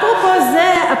אפרופו זה,